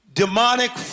demonic